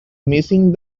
missing